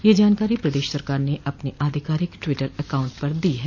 यह जानकारी प्रदेश सरकार ने अपने अधिकारिक ट्वीटर एकाउंट पर दी है